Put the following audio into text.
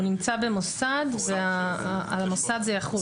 הוא נמצא במוסד ועל המוסד זה יחול.